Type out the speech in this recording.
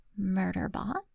Murderbot